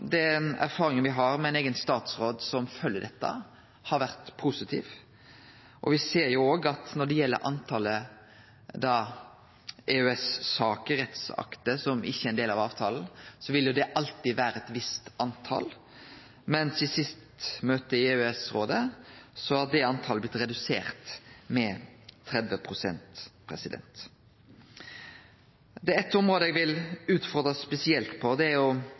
den erfaringa me har med ein eigen statsråd som følgjer dette, har vore positiv. Me ser òg at når det gjeld talet på EØS-saker, rettsakter, som ikkje er ein del av avtalen, vil det alltid vere eit visst tal, medan i det siste møtet i EØS-rådet er talet blitt redusert med 30 pst. Det er eitt område eg vil utfordre spesielt på, og det er